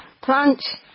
plants